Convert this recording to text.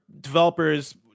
developers